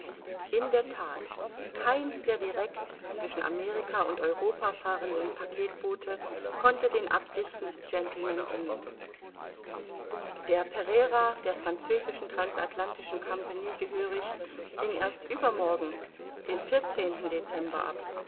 in der that keins der direct zwischen amerika und europa fahrenden packetboote konnte den absichten des gentleman dienen der pereira der französischen transatlantischen compagnie gehörig ging erst übermorgen den dezember ab